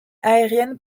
aérienne